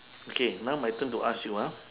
okay now my turn to ask you ah